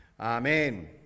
Amen